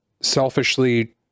selfishly